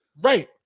right